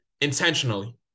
intentionally